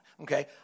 okay